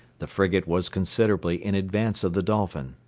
the frigate was considerably in advance of the dolphin.